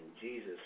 Jesus